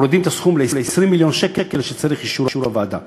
מורידים את הסכום ל-20 מיליון שקל שצריכים את אישור הוועדה.